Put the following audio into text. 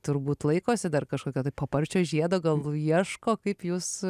turbūt laikosi dar kažkokio tai paparčio žiedo gal ieško kaip jūs